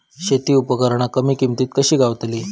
शेती उपकरणा कमी किमतीत कशी गावतली?